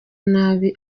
nabi